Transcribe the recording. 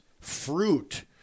fruit